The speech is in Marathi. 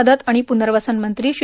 मदत आणि पुनर्वसन मंत्री श्री